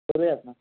करुयात ना